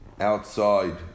outside